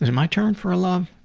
my turn for a love?